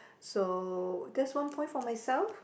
so that's one point for myself